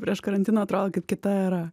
prieš karantiną atrodo kaip kita era